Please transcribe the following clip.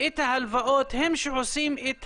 את ההלוואות הם שעושים את